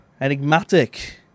enigmatic